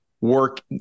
work